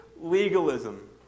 legalism